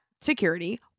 security